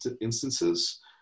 instances